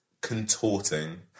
contorting